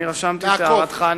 אני רשמתי את הערתך, נעקוב.